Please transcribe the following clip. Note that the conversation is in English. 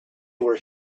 were